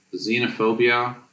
xenophobia